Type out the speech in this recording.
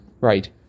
Right